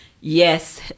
yes